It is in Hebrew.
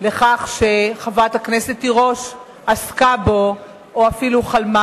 לפני שחברת הכנסת תירוש עסקה בו או אפילו חלמה